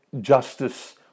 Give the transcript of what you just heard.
justice